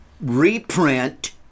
reprint